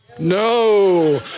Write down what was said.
No